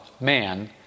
man